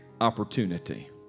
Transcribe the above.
opportunity